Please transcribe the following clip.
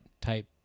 type